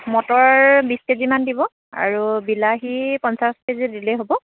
motor বিছ কেজিমান দিব আৰু বিলাহী পঞ্চাছ কেজি দিলেই হ'ব